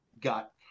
got